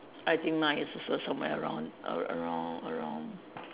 I think mine is also somewhere around ar~ around around